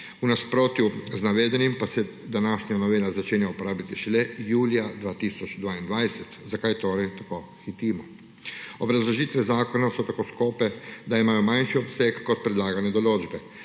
v nasprotju z navedenim pa se današnja novela začenja uporabljati šele julija 2022. Zakaj torej tako hitimo? Obrazložitve zakona so tako skope, da imajo manjši obseg kot predlagane določbe.